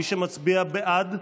מי שמצביע בעד,